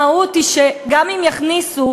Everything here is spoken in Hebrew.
המהות היא שגם אם יכניסו,